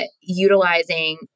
utilizing